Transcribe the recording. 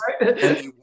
right